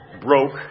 broke